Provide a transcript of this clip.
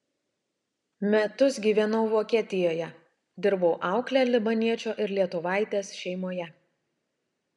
metus gyvenau vokietijoje dirbau aukle libaniečio ir lietuvaitės šeimoje